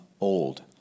old